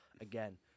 Again